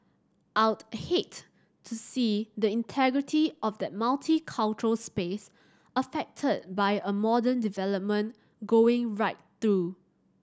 I'd hate to see the integrity of that multicultural space affected by a modern development going right through